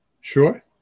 Sure